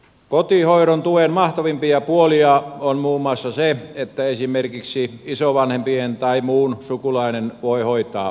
kotihoidon tuen mahtavimpia puolia on muun muassa se että esimerkiksi isovanhempi tai muu sukulainen voi hoitaa lasta